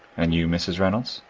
and you, mrs. reynolds?